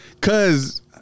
Cause